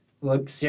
Look